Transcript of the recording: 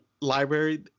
library